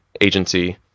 agency